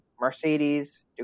Mercedes